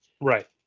Right